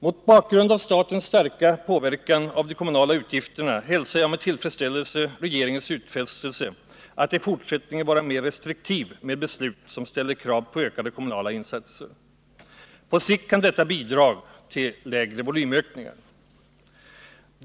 Mot bakgrund av statens starka påverkan på de kommunala utgifterna hälsar jag med tillfredsställelse regeringens utfästelse att i fortsättningen vara mer restriktiv med beslut som ställer krav på ökade kommunala insatser. På sikt kan detta bidra till lägre volymökningar.